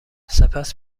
سپس